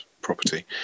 property